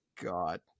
god